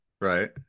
Right